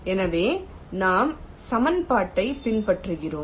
எனவே நாம் சமன்பாட்டைப் பின்பற்றுகிறோம்